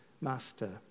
Master